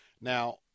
Now